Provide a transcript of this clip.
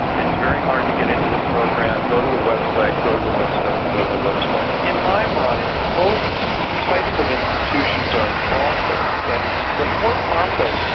it's very hard to get into the program, go to the website, go to the website, go to the website. in my mind both types of institutions are at fault there. but the for-profit,